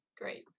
Great